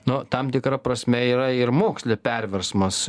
na tam tikra prasme yra ir moksle perversmas